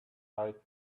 eyed